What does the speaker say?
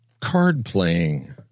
card-playing